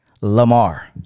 Lamar